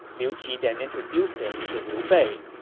liu qi then introduced him to liu bei.